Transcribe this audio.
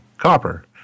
Copper